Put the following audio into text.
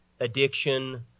addiction